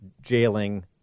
jailing